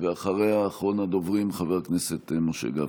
אחריה, אחרון הדוברים, חבר הכנסת משה גפני.